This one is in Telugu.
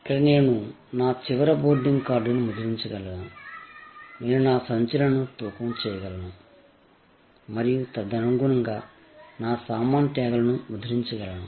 ఇక్కడ నేను నా చివరి బోర్డింగ్ కార్డును ముద్రించగలను నేను నా సంచులను తూకం వేయగలను మరియు తదనుగుణంగా నా సామాను ట్యాగ్లను ముద్రించగలను